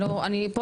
אני פה,